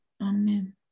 Amen